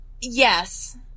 Yes